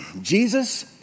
Jesus